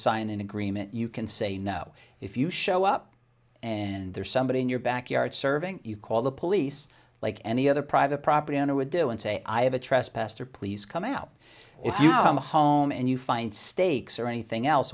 sign an agreement you can say no if you show up and there's somebody in your backyard serving you call the police like any other private property owner would do and say i have a trespasser please come out if you know my home and you find steaks or anything else